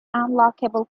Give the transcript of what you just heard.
unlockable